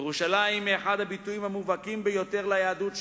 ירושלים היא אחד הביטויים המובהקים ביותר ליהדות שלנו,